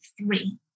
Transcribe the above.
three